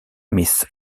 mrs